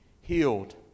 healed